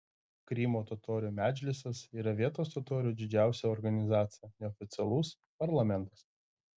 krymo totorių medžlisas yra vietos totorių didžiausia organizacija neoficialus parlamentas